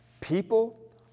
People